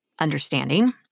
understanding